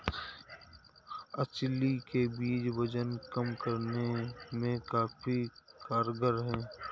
अलसी के बीज वजन कम करने में काफी कारगर है